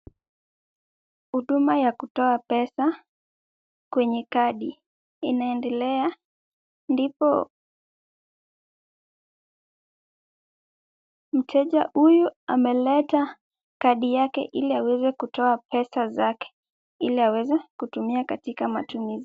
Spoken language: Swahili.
Huduma ya kutoa pesa kwenye kadi inaendelea ndipo mteja huyu ameleta kadi yake ili aweze kutoa pesa zake ili aweze kutumia katika matumizi